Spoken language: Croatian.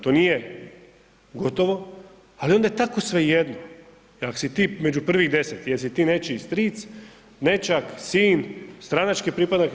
To nije gotovo, ali onda je tako svejedno jel ako si ti među prvih deset jesi ti nečiji stric, nećak, sin, stranački pripadnik.